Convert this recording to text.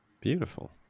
beautiful